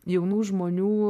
jaunų žmonių